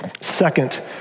Second